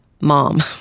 mom